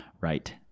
right